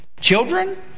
children